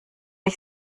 ich